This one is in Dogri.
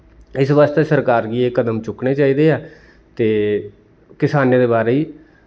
इस बास्तै सरकार गी एह् कदम चुक्कने चाहिदे ऐ ते किसानें दे बारे च